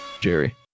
Jerry